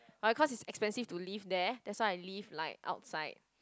but because is expensive to live there that's why I live like outside